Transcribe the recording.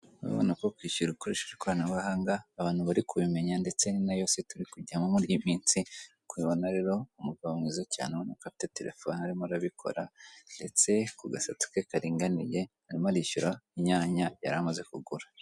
Murabibona ko kwishyura ukoresheje ikoranabuhanga abantu bari kubimenya ndetse ni nayo si turikujyamo muri iyiminsi, urikureba hano rero umugabo mwiza cyane urabona ko afite terefone arimo arabikora, ndetse kugasatsi ke karinganiye arimo arishyura inyanya yari amaze kugura.